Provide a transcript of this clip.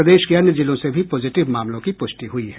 प्रदेश के अन्य जिलों से भी पॉजिटिव मामलों की पुष्टि हुई है